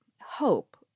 hope